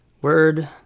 word